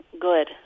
good